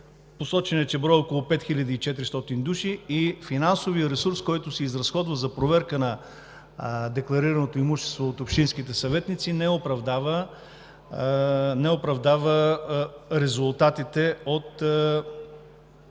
посочено е, че броят е около 5400 души и финансовият ресурс, който се изразходва за проверка на декларираното имущество от общинските съветници, не оправдава резултатите от